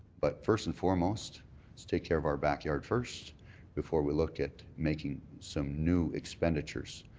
but first and foremost let's take care of our backyard first before we looking at making some new expenditures.